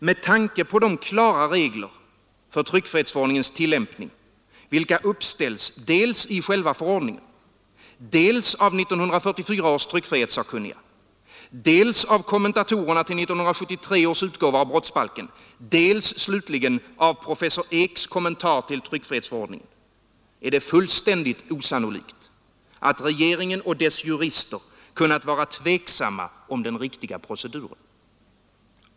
Med tanke på de klara regler för tryckfrihetsförordningens tillämpning vilka uppställs dels i själva förordningen, dels av 1944 års tryckfrihetssakkunniga, dels av kommentatorerna till 1973 års utgåva av brottsbalken, dels slutligen av professor Eeks kommentar till tryckfrihetsförordningen, är det fullständigt osannolikt att regeringen och dess jurister kunnat vara tveksamma om den riktiga proceduren.